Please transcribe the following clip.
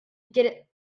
get